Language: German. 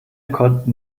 konnten